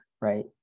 right